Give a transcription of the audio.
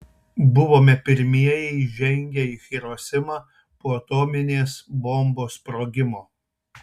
buvome pirmieji įžengę į hirosimą po atominės bombos sprogimo